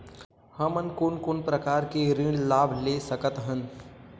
हमन कोन कोन प्रकार के ऋण लाभ ले सकत हन?